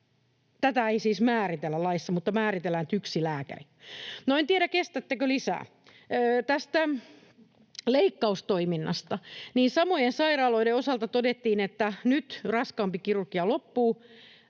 Tätä ei siis määritellä laissa, mutta määritellään, että on yksi lääkäri. No, en tiedä, kestättekö lisää. Tästä leikkaustoiminnasta samojen sairaaloiden osalta todettiin, että nyt raskaampi kirurgia loppuu.